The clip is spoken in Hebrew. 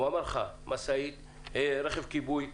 הוא אמר לך רכב כיבוי,